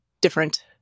different